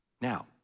Now